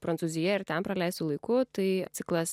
prancūzija ir ten praleistu laiku tai ciklas